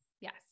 Yes